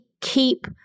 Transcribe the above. keep